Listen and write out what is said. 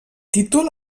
títol